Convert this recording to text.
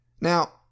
Now